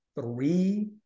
three